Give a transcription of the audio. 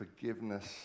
forgiveness